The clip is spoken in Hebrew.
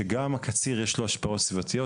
שגם הקציר יש לו השפעות סביבתיות,